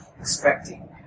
expecting